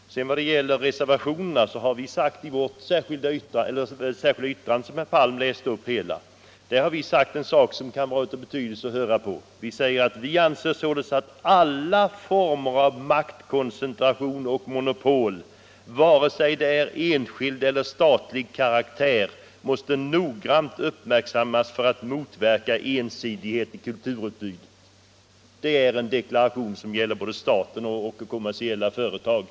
I vad sedan gäller reservationerna har vi i vårt särskilda yttrande sagt något, som kan ha sitt intresse i detta sammanhang: "Vi anser således att alla former av maktkoncentration och monopol, vare sig de är av enskild eller statlig karaktär, noggrant måste uppmärksammas för att motverka ensidighet i kulturutbudet.” Det är en deklaration som gäller både staten och kommersiella företag.